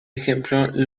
ejemplo